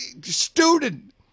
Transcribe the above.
student